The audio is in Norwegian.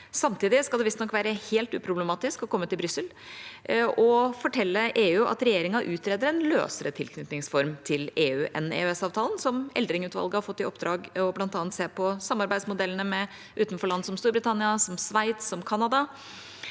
Samtidig skal det visstnok være helt uproblematisk å komme til Brussel og fortelle EU at regjeringa utreder en løsere tilknytningsform til EU enn EØS-avtalen. Eldring-utvalget har fått i oppdrag å se på bl.a. samarbeidsmodellene med utenforland som Storbritannia, Sveits og Canada.